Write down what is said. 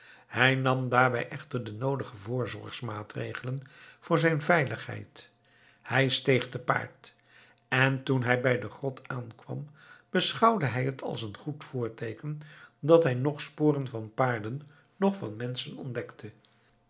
hij nam daarbij echter de noodige voorzorgsmaatregelen voor zijn veiligheid hij steeg te paard en toen hij bij de grot aankwam beschouwde hij het als een goed voorteeken dat hij noch sporen van paarden noch van menschen ontdekte